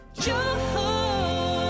joy